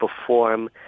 perform